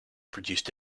produced